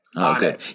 Okay